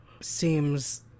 seems